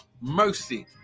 mercy